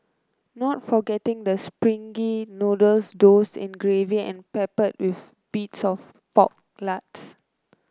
not forgetting the springy noodles doused in gravy and peppered with bits of pork lards